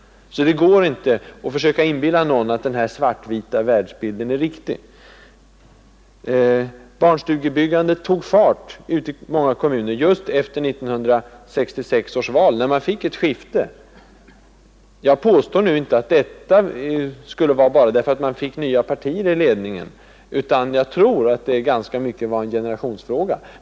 Så det går inte att försöka inbilla någon att den här svart-vita världsbilden är riktig. Barnstugebyggandet tog fart i många kommuner just efter 1966 års val, då ett ledningsskifte ägde rum. Jag påstår nu inte att orsaken till det enbart var att nya partier kom i ledningen, utan jag tror att det ganska mycket var en generationsfråga.